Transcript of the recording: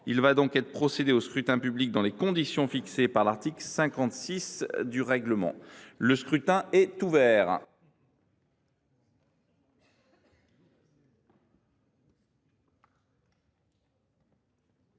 Il va y être procédé dans les conditions fixées par l’article 56 du règlement. Le scrutin est ouvert.